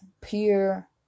pure